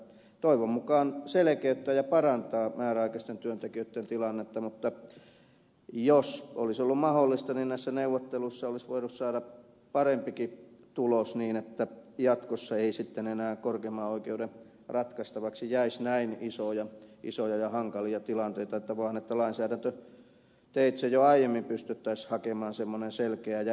toivon mukaan se selkeyttää ja parantaa määräaikaisten työntekijöitten tilannetta mutta jos olisi ollut mahdollista niin näissä neuvotteluissa olisi voitu saada parempikin tulos niin että jatkossa ei sitten enää korkeimman oikeuden ratkaistavaksi jäisi näin isoja ja hankalia tilanteita vaan lainsäädäntöteitse jo aiemmin pystyttäisiin hakemaan semmoinen selkeä ja ennustettava ratkaisu